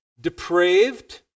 depraved